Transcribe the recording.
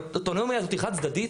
האוטונומיה הזאת היא חד צדדית?